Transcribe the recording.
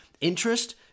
interest